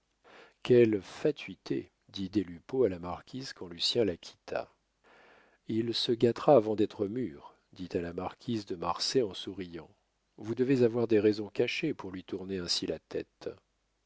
quelle fatuité dit des lupeaulx à la marquise quand lucien la quitta il se gâtera avant d'être mûr dit à la marquise de marsay en souriant vous devez avoir des raisons cachées pour lui tourner ainsi la tête